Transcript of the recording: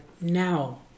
now